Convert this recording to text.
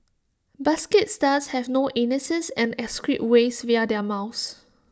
basket stars have no anuses and excrete waste via their mouths